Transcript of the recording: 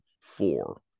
Four